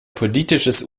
politisches